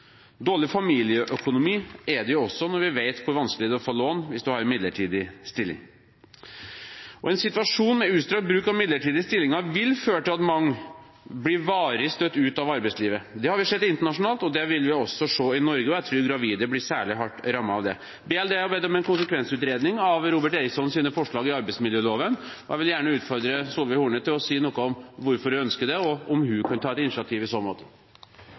Dårlig familieøkonomi er det jo også, når vi vet hvor vanskelig det er å få lån hvis du har en midlertidig stilling. En situasjon med utstrakt bruk av midlertidige stillinger vil også føre til at mange blir varig støtt ut av arbeidslivet. Det har vi sett internasjonalt, og det vil vi også se i Norge, og jeg tror gravide blir særlig hardt rammet av dette. Barne-, likestillings- og inkluderingsdepartementet, BLD, arbeider med en konsekvensutredning av Robert Erikssons forslag til endringer i arbeidsmiljøloven, og jeg vil gjerne utfordre Solveig Horne til å si noe om hvorfor hun ønsker det, og om hun kan ta et initiativ i så måte.